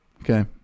Okay